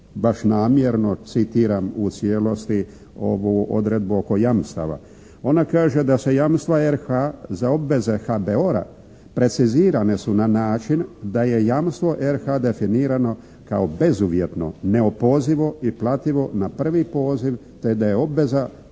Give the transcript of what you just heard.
baš namjerno citiram u cijelosti ovu odredbu oko jamstava. Ona kaže da se jamstva RH za obveze HBOR-a precizirane su na način da je jamstvo RH definirano kao bezuvjetno neopozivo i plativo na prvi poziv te da je obveza RH kao